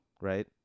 right